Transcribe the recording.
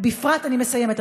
אני מסיימת,